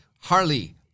Harley